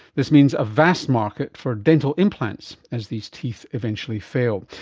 this means a vast market for dental implants as these teeth eventually fail.